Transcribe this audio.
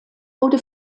wurde